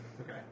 Okay